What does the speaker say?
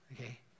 Okay